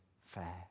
fair